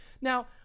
Now